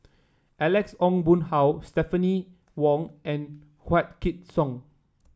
Alex Ong Boon Hau Stephanie Wong and Wykidd Song